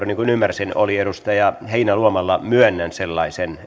niin kuin ymmärsin oli edustaja heinäluomalla myönnän sellaisen